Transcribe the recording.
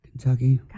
Kentucky